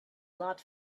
lot